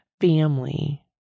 family